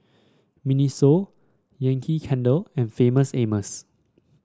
Miniso Yankee Candle and Famous Amos